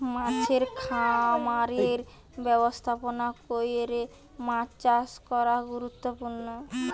মাছের খামারের ব্যবস্থাপনা কইরে মাছ চাষ করা গুরুত্বপূর্ণ